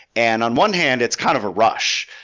and on one hand, it's kind of a rush.